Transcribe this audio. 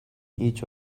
each